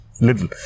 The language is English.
little